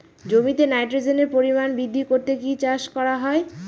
জমিতে নাইট্রোজেনের পরিমাণ বৃদ্ধি করতে কি চাষ করা হয়?